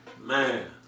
Man